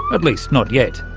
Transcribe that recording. at least not yet.